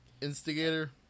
Instigator